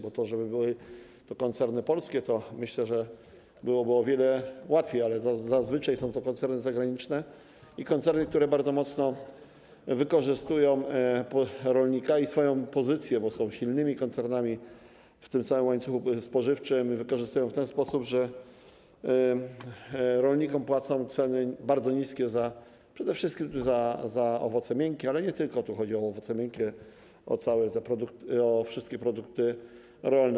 Bo gdyby to były koncerny polskie, to myślę, że byłoby o wiele łatwiej, ale zazwyczaj są to koncerny zagraniczne i koncerny, które bardzo mocno wykorzystują rolnika i swoją pozycję, bo są silnymi koncernami w tym całym łańcuchu spożywczym, wykorzystują w ten sposób, że rolnikom płacą ceny bardzo niskie przede wszystkim za owoce miękkie, ale chodzi tu nie tylko o owoce miękkie, lecz także o wszystkie produkty rolne.